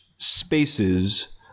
spaces